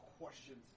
questions